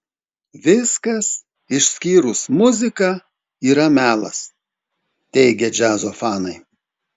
viskas išskyrus muziką yra melas teigia džiazo fanai